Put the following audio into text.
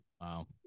Wow